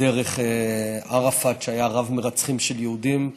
דרך ערפאת, שהיה רב-מרצחים של יהודים,